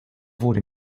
wurde